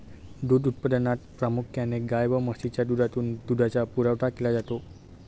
दूध उत्पादनात प्रामुख्याने गाय व म्हशीच्या दुधातून दुधाचा पुरवठा केला जातो